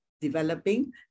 developing